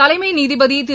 தலைமை நீதிபதி திரு